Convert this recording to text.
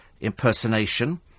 impersonation